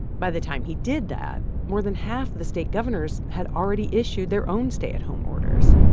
by the time he did that, more than half the state governors had already issued their own stay-at-home orders,